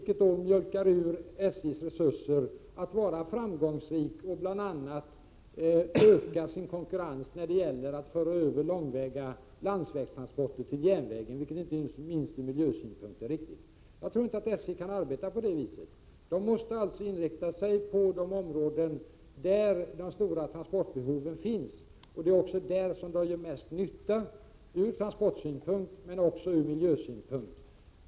Detta mjölkar ur SJ:s resurser när det gäller för företaget att vara framgångsrikt och bl.a. öka konkurrensförmågan då det gäller att föra över långväga landsvägstransporter till järnvägen, vilket inte minst ur miljösynpunkt är riktigt. Jag tror inte att SJ kan arbeta på det viset. SJ måste inrikta sig på de områden där de stora transportbehoven finns, och det är också där som man gör mest nytta ur transportsynpunkt men också ur miljösynpunkt.